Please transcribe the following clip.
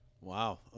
Wow